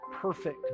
perfect